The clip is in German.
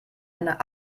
einer